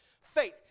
faith